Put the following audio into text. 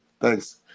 Thanks